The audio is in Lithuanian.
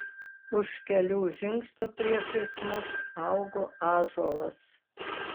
už kelių žingsnių priešais mus augo ąžuolas